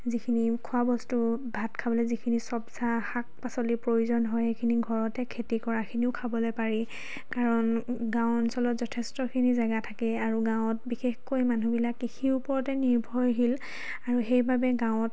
যিখিনি খোৱা বস্তু ভাত খাবলৈ যিখিনি শাক পাচলি প্ৰয়োজন হয় সেইখিনি ঘৰতে খেতি কৰাখিনিও খাবলৈ পাৰি কাৰণ গাঁও অঞ্চলত যথেষ্টখিনি জেগা থাকেই আৰু গাঁৱত বিশেষকৈ মানুহবিলাকে কৃষিৰ ওপৰতেই নিৰ্ভৰশীল আৰু সেইবাবে গাঁৱত